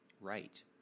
right